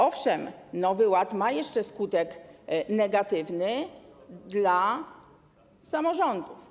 Owszem, Nowy Ład ma jeszcze skutek negatywny dla samorządów.